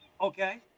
Okay